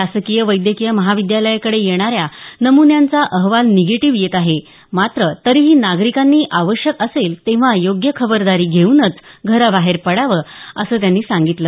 शासकीय वैद्यकीय महाविद्यालयाकडे येणाऱ्या नमुन्यांचा अहवाल निगेटीव्ह येत आहे मात्र तरीही नागरिकांनी आवश्यक असेल तेव्हा योग्य खबरदारी घेऊनच घराबाहेर यावं असं त्यांनी सांगितलं